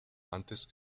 antes